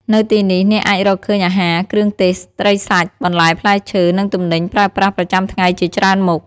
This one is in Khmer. នៅទីនេះអ្នកអាចរកឃើញអាហារ គ្រឿងទេស ត្រីសាច់ បន្លែផ្លែឈើ និងទំនិញប្រើប្រាស់ប្រចាំថ្ងៃជាច្រើនមុខ។